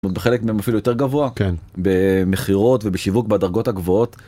בחלק מהם אפילו יותר גבוה? כן. במכירות ובשיווק בדרגות הגבוהות.